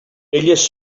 elles